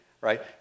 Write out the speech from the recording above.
right